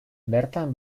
bertan